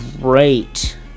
great